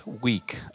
week